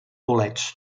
bolets